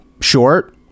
short